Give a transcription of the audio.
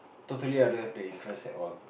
totally I don't have the interest at all